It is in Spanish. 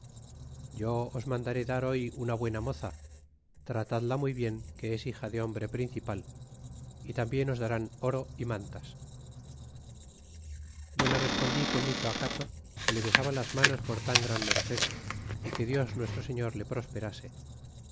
yo os mandaré dar hoy una buena moza tratadla muy bien que es hija de hombre principal y tambien os darán oro y mantas yo le respondí con mucho acato que le besaba las manos por tan gran merced y que dios nuestro señor le prosperase